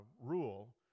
rule